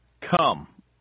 Come